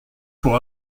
pour